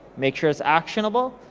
make sure it's actionable,